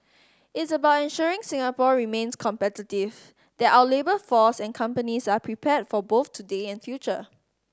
it's about ensuring Singapore remains competitive that our labour force and companies are prepared for both today and future